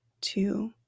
two